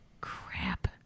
crap